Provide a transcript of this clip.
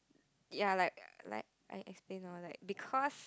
ya like like I explain or like because